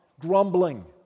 grumbling